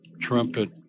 trumpet